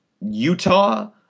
Utah